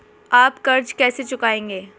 आप कर्ज कैसे चुकाएंगे?